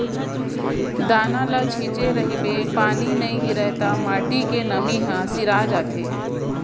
दाना ल छिंचे रहिबे पानी नइ गिरय त माटी के नमी ह सिरा जाथे